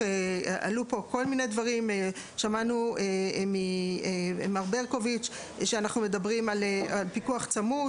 שמענו ממר ברקוביץ על פיקוח צמוד,